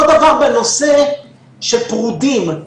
אותו דבר בנושא של פרודים,